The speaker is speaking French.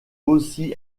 aussi